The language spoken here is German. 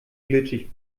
glitschig